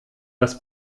was